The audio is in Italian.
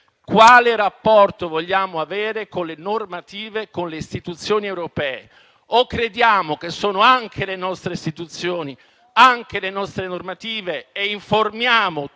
Quale rapporto vogliamo avere con le normative e con le istituzioni europee? O crediamo che siano anche le nostre istituzioni, anche le nostre normative, e informiamo tutto